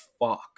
fuck